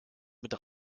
mit